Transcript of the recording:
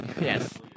Yes